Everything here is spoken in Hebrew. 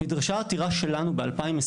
נדרשה עתירה שלנו ב-2020,